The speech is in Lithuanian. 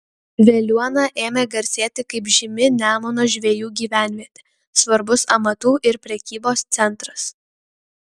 veliuona ėmė garsėti kaip žymi nemuno žvejų gyvenvietė svarbus amatų ir prekybos centras